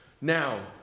Now